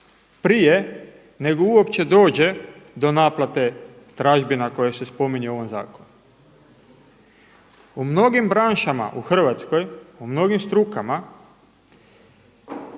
prije nego što uopće dođe do naplate tražbina koje se spominje u ovom zakonu. U mnogim branšama u Hrvatskoj, u mnogim strukama